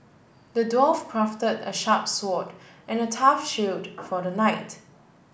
the dwarf craft a sharp sword and tough shield for the knight